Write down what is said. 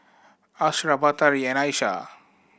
Ashraff Batari and Aishah